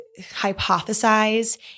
hypothesize